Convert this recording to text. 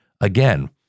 again